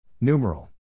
Numeral